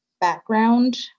background